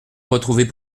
retrouver